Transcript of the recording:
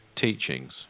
teachings